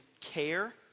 care